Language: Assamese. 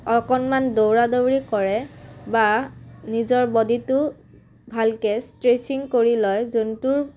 অকণমান দৌৰা দৌৰি কৰে বা নিজৰ বডিটো ভালকৈ ষ্ট্ৰেচ্ছিং কৰি লয় যোনটোৰ